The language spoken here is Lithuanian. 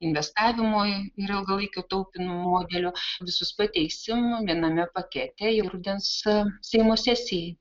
investavimui ir ilgalaikio taupymo modelio visus pateiksim viename pakete jau rudens seimo sesijai